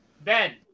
Ben